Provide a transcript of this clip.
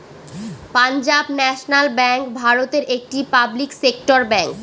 Punjab National Bank ভারতের একটি public sector bank